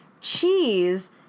cheese